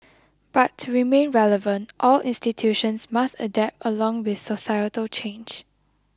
but to remain relevant all institutions must adapt along with societal change